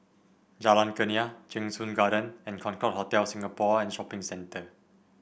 Jalan Kurnia Cheng Soon Garden and Concorde Hotel Singapore and Shopping Centre